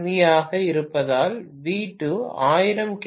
we ஆக இருப்பதால் V 2 1000 K